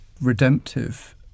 redemptive